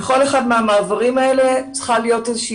ובכל אחד מהמעברים האלה צריכה להיות איזושהי